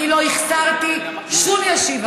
אני לא החסרתי שום ישיבה,